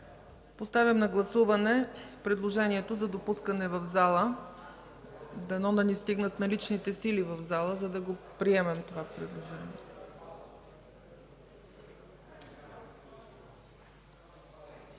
Поставям на гласуване предложението за допускане в залата. Дано да ни стигнат наличните сили в залата, за да приемем това предложение.